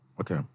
Okay